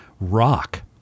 rock